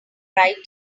write